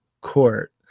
court